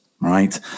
right